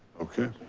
okay.